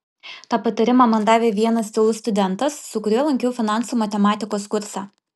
tą patarimą man davė vienas tylus studentas su kuriuo lankiau finansų matematikos kursą